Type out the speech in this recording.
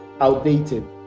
outdated